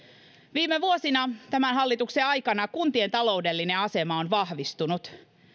viime vuosina tämän hallituksen aikana kuntien taloudellinen asema on vahvistunut